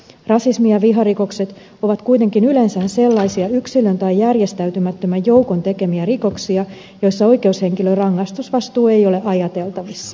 rasismi ja viharikokset ovat kuitenkin yleensä sellaisia yksilön tai järjestäytymättömän joukon tekemiä rikoksia joissa oikeushenkilörangaistusvastuu ei ole ajateltavissa